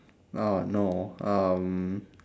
ah no um